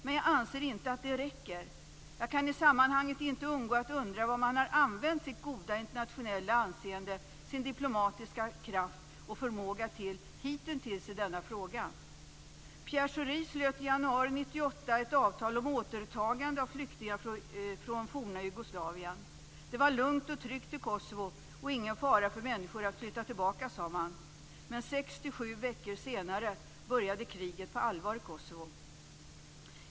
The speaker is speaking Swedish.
Men jag anser inte att det räcker. Jag kan i sammanhanget inte undgå att undra vad man har använt sitt goda internationella anseende, sin diplomatiska kraft och förmåga till hitintills i denna fråga. Pierre Schori slöt i januari 1998 ett avtal om återtagande av flyktingar från forna Jugoslavien. Det var lugnt och tryggt i Kosovo och ingen fara för människor att flytta tillbaka, sade man. Men sex till sju veckor senare började kriget på allvar i Kosovo.